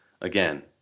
Again